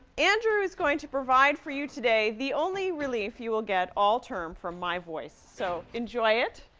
andrew is going to provide for you today the only relief you will get all term from my voice, so enjoy it!